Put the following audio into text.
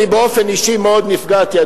אני באופן אישי מאוד נפגעתי,